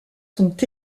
sont